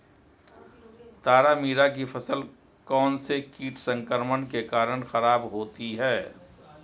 तारामीरा की फसल कौनसे कीट संक्रमण के कारण खराब होती है?